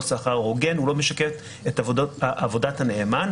לא שכר הוגן ולא משקף את עבודת הנאמן,